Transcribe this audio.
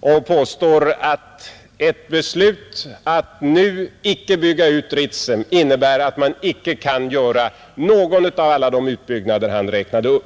och påstår att ett beslut att inte nu bygga ut Ritsem innebär att man inte kan göra någon av alla de utbyggnader som han räknade upp.